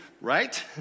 right